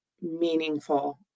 meaningful